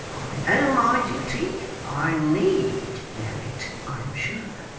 know my duty. i need know it, i am sure.